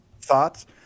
thoughts